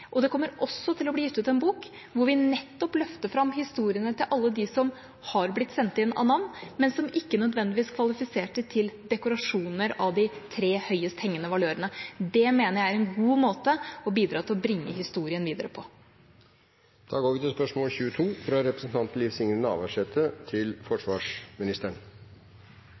Det kommer også til å bli gitt ut en bok hvor vi nettopp løfter fram historiene til alle de personene som det har blitt sendt inn navn på, men som ikke nødvendigvis kvalifiserte til dekorasjoner med de tre høyest hengende valørene. Det mener jeg er en god måte å bidra til å bringe historien videre på. Eg vil stille følgjande spørsmål